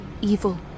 evil